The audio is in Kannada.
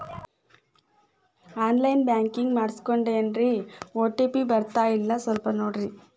ಆನ್ ಲೈನ್ ಬ್ಯಾಂಕಿಂಗ್ ಮಾಡಿಸ್ಕೊಂಡೇನ್ರಿ ಓ.ಟಿ.ಪಿ ಬರ್ತಾಯಿಲ್ಲ ಸ್ವಲ್ಪ ನೋಡ್ರಿ